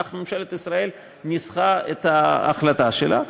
כך ממשלת ישראל ניסחה את ההחלטה שלה.